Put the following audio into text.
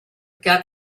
got